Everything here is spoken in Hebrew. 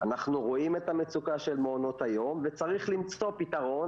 אנחנו רואים את המצוקה של מעונות היום וצריך למצוא פתרון.